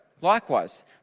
Likewise